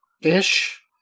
ish